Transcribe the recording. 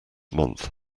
month